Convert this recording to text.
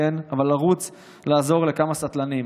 לרוץ לעזור לכמה סטלנים.